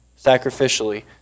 sacrificially